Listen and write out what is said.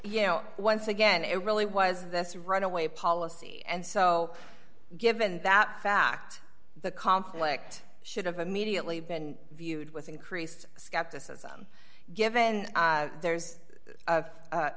you know once again it really was this runaway policy and so given that fact the conflict should have immediately been viewed with increased skepticism given there's